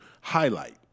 highlight